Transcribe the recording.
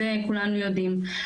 את זה כולנו יודעים.